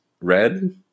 Red